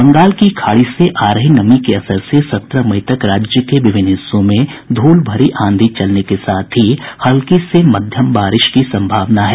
बंगाल की खाड़ी से आ रही नमी के असर से सत्रह मई तक राज्य के विभिन्न हिस्सों में धूल भरी आंधी चलने के साथ ही हल्की से मध्यम बारिश की संभावना है